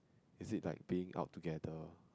is it like being out together